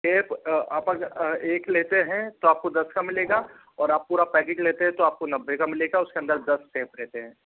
tape आप एक लेते हैं तो आपको दस का मिलेगा और आप पूरा पैकेट लेते हैं तो आपको नब्बे का मिलेगा उसके अंदर दस टेप रहते हैं